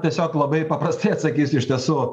tiesiog labai paprastai atsakysiu iš tiesų